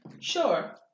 sure